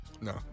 No